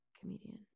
Comedian